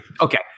Okay